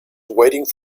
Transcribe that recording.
waiting